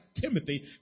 Timothy